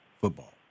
football